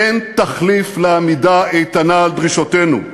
אין תחליף לעמידה איתנה על דרישותינו,